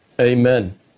amen